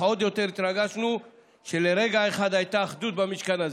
אך עוד יותר התרגשנו שלרגע אחד הייתה אחדות במשכן הזה.